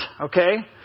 okay